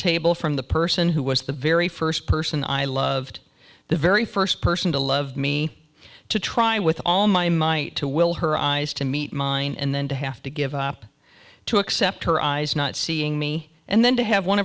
table from the person who was the very first person i loved the very first person to love me to try with all my might to will her eyes to meet mine and then to have to give up to accept her eyes not seeing me and then to have one